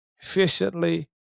efficiently